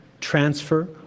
transfer